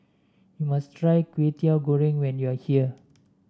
you must try Kwetiau Goreng when you are here